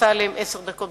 אך מתעורר קושי